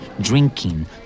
drinking